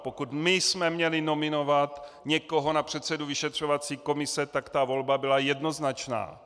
Pokud my jsme měli nominovat někoho na předsedu vyšetřovací komise, tak volba byla jednoznačná.